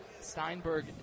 Steinberg